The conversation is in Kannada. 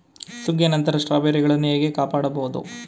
ಸುಗ್ಗಿಯ ನಂತರ ಸ್ಟ್ರಾಬೆರಿಗಳನ್ನು ಹೇಗೆ ಕಾಪಾಡ ಬಹುದು?